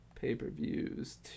Pay-per-views